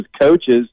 coaches